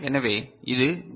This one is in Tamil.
எனவே இது பி